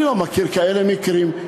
אני לא מכיר כאלה מקרים.